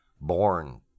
born